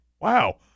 wow